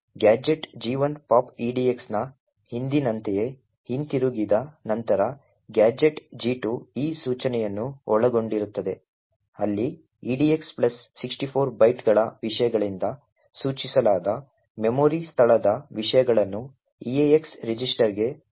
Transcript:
gadget G1 pop edx ನ ಹಿಂದಿನಂತೆಯೇ ಹಿಂತಿರುಗಿದ ನಂತರ ಗ್ಯಾಜೆಟ್ G2 ಈ ಸೂಚನೆಯನ್ನು ಒಳಗೊಂಡಿರುತ್ತದೆ ಅಲ್ಲಿ edx64 ಬೈಟ್ಗಳ ವಿಷಯಗಳಿಂದ ಸೂಚಿಸಲಾದ ಮೆಮೊರಿ ಸ್ಥಳದ ವಿಷಯಗಳನ್ನು eax ರಿಜಿಸ್ಟರ್ಗೆ ಸರಿಸಲಾಗುತ್ತದೆ